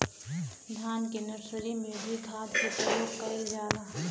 धान के नर्सरी में भी खाद के प्रयोग कइल जाला?